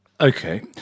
Okay